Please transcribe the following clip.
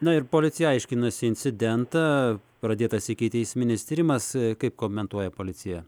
na ir policija aiškinasi incidentą pradėtas ikiteisminis tyrimas kaip komentuoja policija